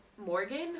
Morgan